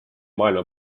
maailma